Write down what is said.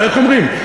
איך אומרים,